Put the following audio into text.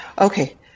Okay